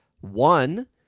one